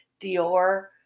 Dior